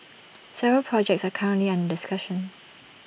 several projects are currently under discussion